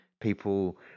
People